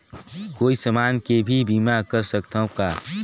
कोई समान के भी बीमा कर सकथव का?